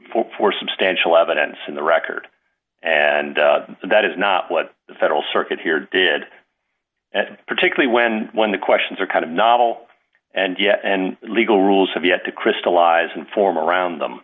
reviewed for substantial evidence in the record and that is not what the federal circuit here did and particularly when when the questions are kind of novel and yet and legal rules have yet to crystallize and form around them